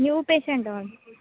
new patient